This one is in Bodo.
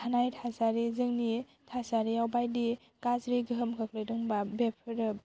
थानाय थासारि जोंनि थासारियाव बायदि गाज्रि गोहोम खोख्लैदों होमबा बेफोरो